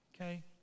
okay